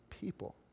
people